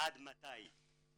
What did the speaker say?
עד מתי?